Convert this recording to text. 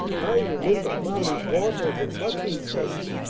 i remember cloudy's waffles. and buckwheat cakes.